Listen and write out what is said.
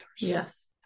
Yes